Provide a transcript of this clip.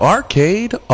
Arcade